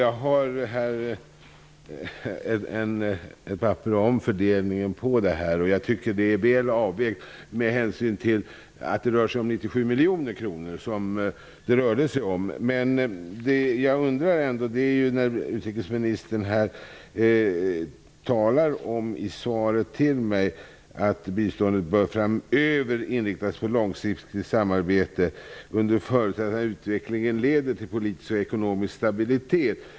Jag har här ett papper som visar fördelningen på biståndet, och jag tycker att det är väl avvägt, med hänsyn till att det rör sig om 97 Utrikesministern säger i svaret till mig att biståndet bör ''framöver inriktas på långsiktigt samarbete under förutsättning att utvecklingen leder till politisk och ekonomisk stabilitet''.